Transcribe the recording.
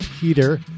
Peter